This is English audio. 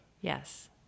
Yes